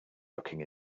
looking